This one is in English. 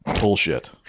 bullshit